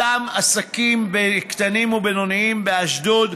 אותם עסקים קטנים ובינוניים באשדוד,